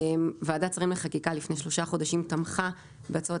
ועדת שרים לחקיקה לפני שלושה חודשים תמכה בהצעות